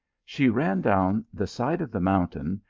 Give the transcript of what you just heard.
she ran down the side of the mountain,